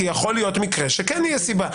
כי יכול להיות מקרה שכן תהיה סיבה.